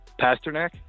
Pasternak